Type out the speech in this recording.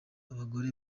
abagore